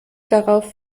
darauf